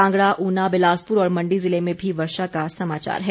कांगड़ा ऊना बिलासपुर और मण्डी जिले में भी वर्षा का समाचार है